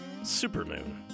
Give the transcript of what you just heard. Supermoon